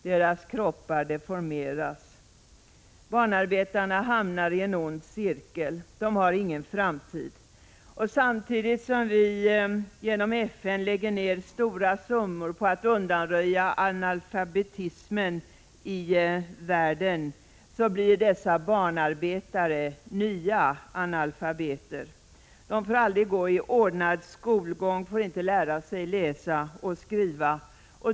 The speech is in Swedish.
Deras kroppar deformeras. Barnarbetarna hamnar i en ond cirkel. De har ingen framtid. Samtidigt som vi genom FN lägger ned stora summor på att undanröja analfabetismen i världen blir dessa barnarbetare nya analfabeter. De får aldrig ordnad skolgång, de får inte lära sig läsa och skriva.